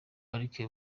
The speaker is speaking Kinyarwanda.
parike